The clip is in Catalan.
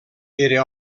era